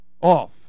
off